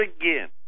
again